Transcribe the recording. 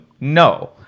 no